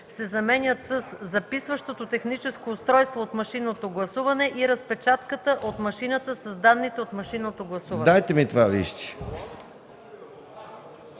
с израза „записващото техническо устройство от машинното гласуване и разпечатката от машината с данните от машинното гласуване”. Гласували